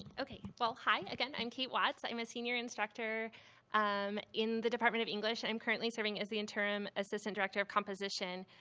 ok, well, hi, again, i'm kate watts. i'm a senior instructor um in the department of english. i'm currently serving as the interim assistant director of composition.